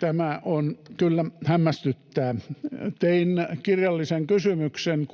tämä kyllä hämmästyttää. Tein kirjallisen kysymyksen